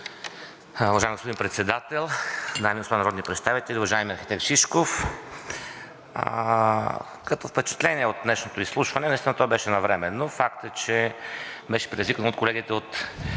Уважаеми господин Председател, дами и господа народни представители! Уважаеми архитект Шишков, като впечатление от днешното изслушване –наистина то беше навременно, факт е, че беше предизвикано от колегите от